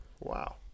Wow